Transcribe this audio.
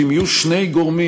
כי אם יהיו שני גורמים,